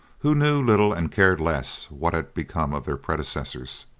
who knew little and cared less what had become of their predecessors.